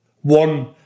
one